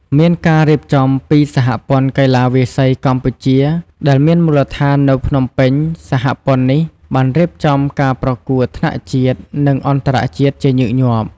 មានការរៀបចំពីសហព័ន្ធកីឡាវាយសីកម្ពុជា ដែលមានមូលដ្ឋាននៅភ្នំពេញ សហព័ន្ធនេះបានរៀបចំការប្រកួតថ្នាក់ជាតិ និងអន្តរជាតិជាញឹកញាប់។